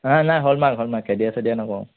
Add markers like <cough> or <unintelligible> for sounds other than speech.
নাই নাই hallmark hallmark <unintelligible> নকৰোঁ